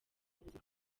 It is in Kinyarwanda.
buzima